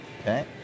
Okay